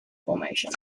formation